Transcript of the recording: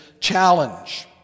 challenge